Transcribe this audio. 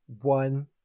one